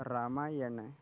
रामायणम्